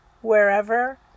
wherever